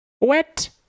Wet